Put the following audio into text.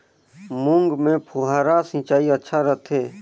मूंग मे फव्वारा सिंचाई अच्छा रथे?